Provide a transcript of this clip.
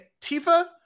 Tifa